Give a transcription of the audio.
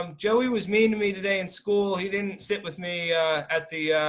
um joey was mean to me today in school. he didn't sit with me at the